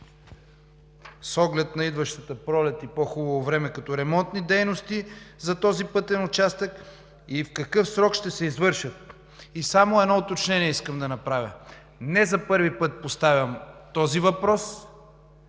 с оглед на идващата пролет и по-хубаво време, като ремонтни дейности за този пътен участък и в какъв срок ще се извършат? Искам да направя едно уточнение. Не за първи път поставям този въпрос